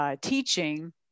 teaching